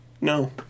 No